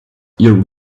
your